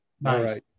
Nice